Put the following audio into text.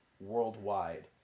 worldwide